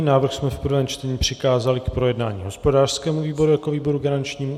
Návrh jsme v prvém čtení přikázali k projednání hospodářskému výboru jako výboru garančnímu.